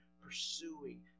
pursuing